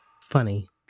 Funny